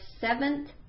seventh